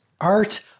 art